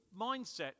mindset